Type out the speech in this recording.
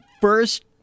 first